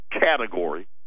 category